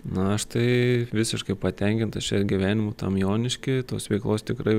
na aš tai visiškai patenkintas čia gyvenimu tam jonišky tos veiklos tikrai